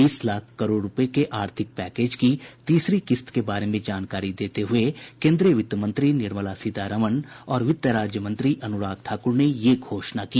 बीस लाख करोड़ रूपये के आर्थिक पैकेज की तीसरी किस्त के बारे में जानकारी देते हुए केन्द्रीय वित्तमंत्री निर्मला सीतारामन और वित्त राज्य मंत्री अनुराग ठाकुर ने यह घोषणा की